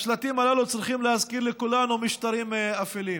השלטים הללו צריכים להזכיר לכולנו משטרים אפלים.